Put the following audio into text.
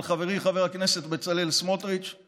של חברי חבר הכנסת בצלאל סמוטריץ';